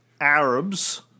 Arabs